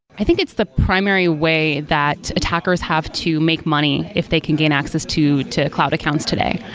i think it's the primary way that attackers have to make money if they can gain access to to cloud accounts today,